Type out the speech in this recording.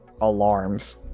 alarms